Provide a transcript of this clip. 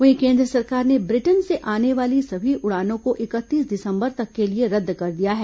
वहीं केन्द्र सरकार ने ब्रिटेन से आने वाली सभी उड़ानों को इकतीस दिसंबर तक के लिए रद्द कर दिया है